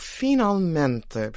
finalmente